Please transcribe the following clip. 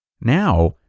Now